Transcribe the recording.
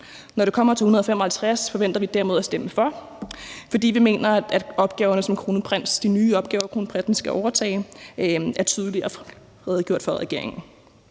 Når det kommer til L 155, forventer vi derimod at stemme for, fordi vi mener, at de nye opgaver, som kronprinsen skal overtage, er tydeligere redegjort for af regeringen.